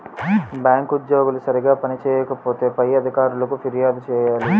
bank ఉద్యోగులు సరిగా పని చేయకపోతే పై అధికారులకు ఫిర్యాదు చేయాలి